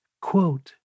Quote